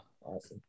Awesome